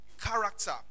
character